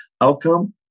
outcome